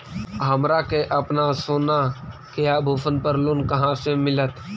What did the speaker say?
हमरा के अपना सोना के आभूषण पर लोन कहाँ से मिलत?